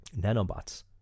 Nanobots